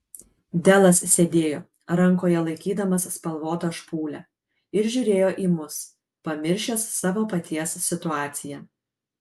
delas sėdėjo rankoje laikydamas spalvotą špūlę ir žiūrėjo į mus pamiršęs savo paties situaciją